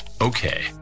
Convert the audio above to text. Okay